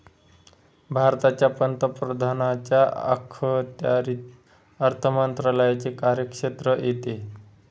भारताच्या पंतप्रधानांच्या अखत्यारीत अर्थ मंत्रालयाचे कार्यक्षेत्र येते